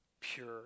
pure